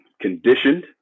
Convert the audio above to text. conditioned